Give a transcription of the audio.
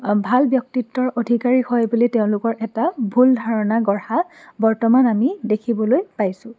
ভাল ব্যক্তিত্বৰ অধিকাৰী হয় বুলি তেওঁলোকৰ এটা ভুল ধাৰণা গঢ়া বৰ্তমান আমি দেখিবলৈ পাইছোঁ